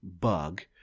bug